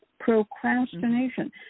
procrastination